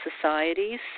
Societies